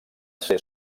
ser